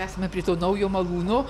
esame prie to naujo malūno